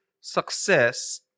success